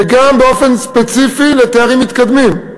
וגם באופן ספציפי לתארים מתקדמים,